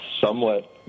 Somewhat